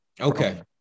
okay